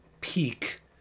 peak